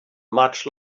much